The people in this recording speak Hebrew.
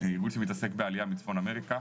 הוא ארגון שמתעסק בעלייה מצפון אמריקה,